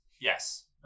Yes